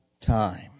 time